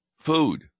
food